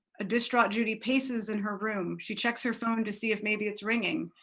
a distraught judy paces in her room. she checks her phone to see if maybe it's ringing,